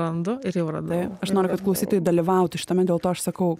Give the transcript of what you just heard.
randu ir jau radau aš noriu kad klausytojai dalyvautų šitame dėl to aš sakau